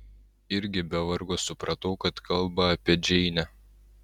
irgi be vargo supratau kad kalba apie džeinę